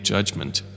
Judgment